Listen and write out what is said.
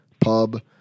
pub